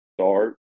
start